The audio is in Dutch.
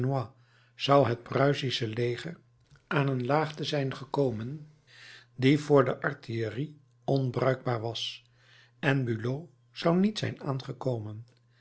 zou het pruisische leger aan een laagte zijn gekomen die voor de artillerie onbruikbaar was en bulow zou niet zijn aangekomen